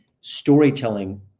storytelling